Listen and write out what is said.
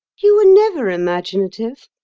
you were never imaginative,